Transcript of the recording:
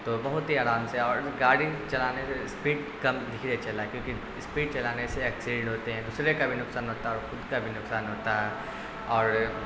تو بہت ہی آرام سے اور گاڑی چلانے سے اسپیڈ کم دھھیرے چلائیں کیونکہ اسپیڈ چلانے سے ایکسیڈینٹ ہوتے ہیں دوسرے کا بھی نقصان ہوتا ہے اور خود کا بھی نقصان ہوتا ہے اور